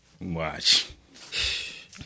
Watch